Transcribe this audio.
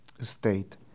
state